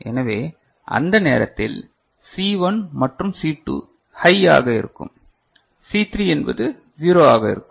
எனவே அந்த நேரத்தில் சி 1 மற்றும் சி 2 ஹை ஆக இருக்கும் சி 3 என்பது 0 ஆக இருக்கும்